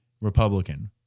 Republican